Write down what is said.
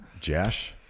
Jash